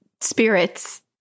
spirits